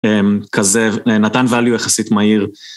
כזה נתן value יחסית מהיר.